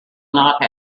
not